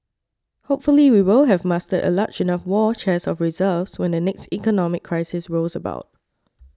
hopefully we will have mustered a large enough war chest of reserves when the next economic crisis rolls about